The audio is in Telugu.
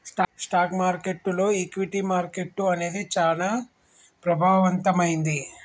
స్టాక్ మార్కెట్టులో ఈక్విటీ మార్కెట్టు అనేది చానా ప్రభావవంతమైంది